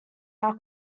our